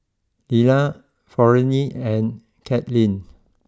Lelah Florene and Cathleen